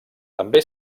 també